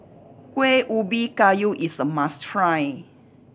Kuih Ubi Kayu is a must try